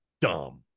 dumb